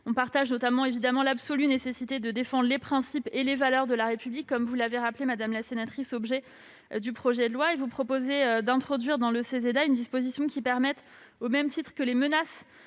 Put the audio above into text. partageons notamment l'absolue nécessité de défendre les principes et les valeurs de la République- c'est comme vous l'avez rappelé, madame la sénatrice, l'objet du présent projet de loi. Vous proposez d'introduire dans le Ceseda une disposition qui permette, au même titre que les menaces